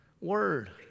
word